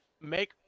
Make